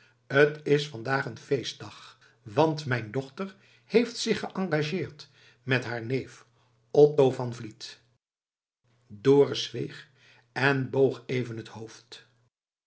t is vandaag een feestdag want mijn dochter heeft zich geëngageerd met haar neef otto van vliet dorus zweeg en boog even het hoofd